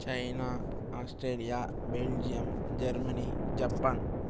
China Australia Belgium Germany Japan